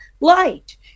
light